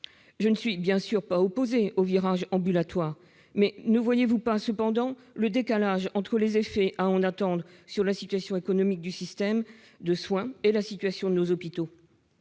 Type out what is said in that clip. Je ne suis bien sûr pas opposée au virage ambulatoire, mais ne voyez-vous pas le décalage entre, d'une part, les effets à en attendre sur la situation économique du système de soins et, d'autre part, la situation de nos hôpitaux ?